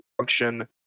function